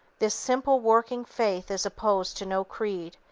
this simple working faith is opposed to no creed,